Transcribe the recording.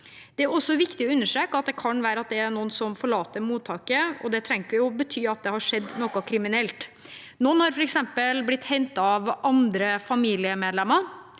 Det er også viktig å understreke at det kan være at det er noen som forlater mottaket, og det trenger ikke å bety at det har skjedd noe kriminelt. Noen har f.eks. blitt hentet av andre familiemedlemmer